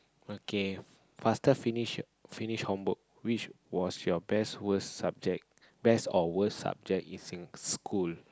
okay faster finish finish homework which was your best worse subject best or worse subject in sing school